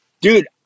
dude